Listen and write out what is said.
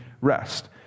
rest